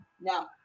No